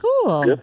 Cool